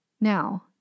Now